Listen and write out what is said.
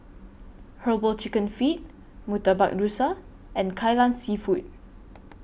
Herbal Chicken Feet Murtabak Rusa and Kai Lan Seafood